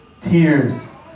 Tears